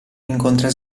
incontra